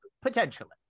Potentially